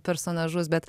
personažus bet